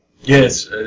Yes